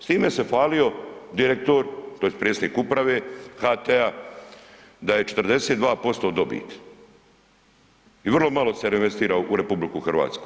S time se hvalio direktor tj. predsjednik Uprave HT-a da je 42% dobit i vrlo malo se reinvestira u RH.